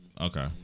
Okay